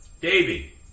davy